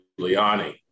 Giuliani